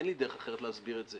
אין לי דרך אחרת להסביר את זה.